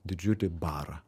didžiulį barą